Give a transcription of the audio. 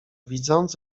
widząc